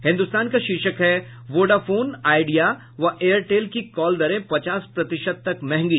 हिन्दुस्तान का शीर्षक है वोडाफोन आडिया व एयरटेल की कॉल दरें पचास प्रतिशत तक महंगी